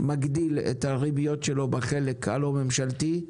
מגדיל את הריביות שלו בחלק שלו הלא ממשלתי.